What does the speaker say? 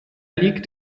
liegt